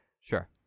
Sure